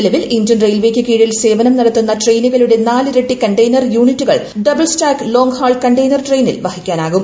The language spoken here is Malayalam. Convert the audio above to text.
നിലവിൽ ഇന്ത്യൻ റെയിൽവേക്ക് കീഴിൽ സേവനം നടത്തുന്ന ട്രെയിനുകളുടെ നാലിരട്ടി കണ്ടെയ്നർ യൂണിറ്റുകൾ double stack long haul container ട്രെയിനിൽ പ്രഹിക്കാനാകും